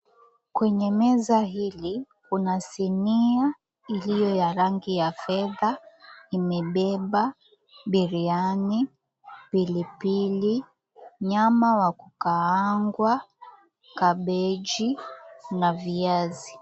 Kwenye meza hili kuna sinia iliyo ya rangi ya fedha. Imebeba biriani, pilipili, nyama wa kukaangwa, kabeji na viazi.